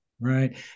Right